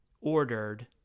ordered